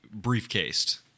briefcased